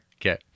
Okay